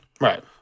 Right